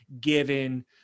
given